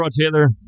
Taylor